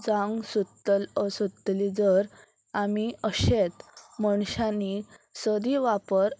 जावंक सोदतल सोदतली जर आमी अशेच मनशांनी सदी वापर